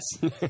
Yes